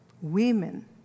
Women